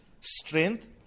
strength